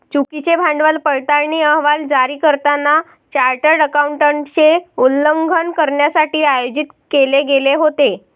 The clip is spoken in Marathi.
चुकीचे भांडवल पडताळणी अहवाल जारी करताना चार्टर्ड अकाउंटंटचे उल्लंघन करण्यासाठी आयोजित केले गेले होते